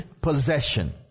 possession